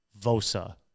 Vosa